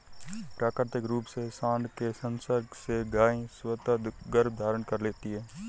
प्राकृतिक रूप से साँड के संसर्ग से गायें स्वतः गर्भधारण कर लेती हैं